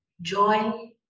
Joy